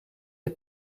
ter